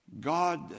God